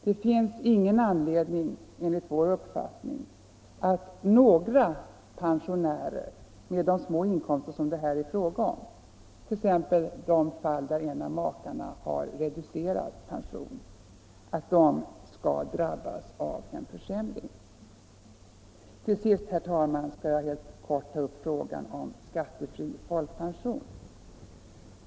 Det finns, menar vi, ingen anledning att låta några pensionärer med de små inkomster det här är fråga om — det gäller t.ex. familjer där ene maken har partiell pension — drabbas av en försämring. Till sist, herr talman, skall jag helt kort ta upp frågan om skattefri folkpension.